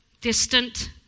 distant